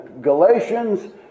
Galatians